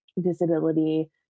disability